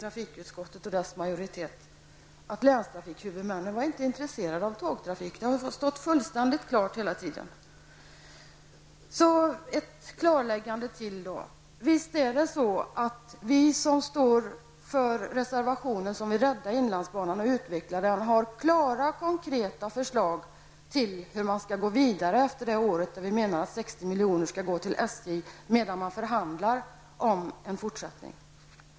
trafikutskottet och dess majoritet, visste vid det här laget att länstrafikhuvudmännen inte var intresserade av tågtrafik. Det har stått fullständigt klart hela tiden. Låt mig göra ytterligare ett klarläggande. Visst är det så att vi som står för reservationen, som går ut på att rädda inlandsbanan och utveckla den, har klara och konkreta förslag till hur man skall gå vidare efter ett år? Vi säger att 60 milj.kr. skall ges till SJ medan man förhandlar om en fortsatt tågtrafik.